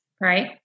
right